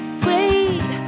sweet